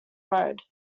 road